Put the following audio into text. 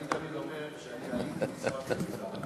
אני תמיד אומר שאני עליתי מצפת לירושלים.